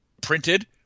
printed